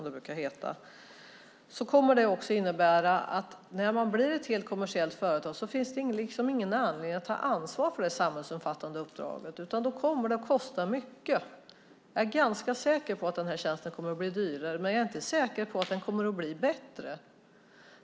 Det kommer också att innebära att när man blir ett helt kommersiellt bolag finns det ingen anledning att ta ansvar för det samhällsomfattande uppdraget. Det kommer att kosta mycket. Jag är ganska säker på att den här tjänsten kommer att bli dyrare, men jag är inte säker på att den kommer att bli bättre.